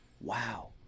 wow